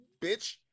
bitch